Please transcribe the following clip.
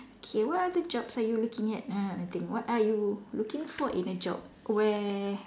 okay what other jobs are you looking at uh I think what are you looking for in a job where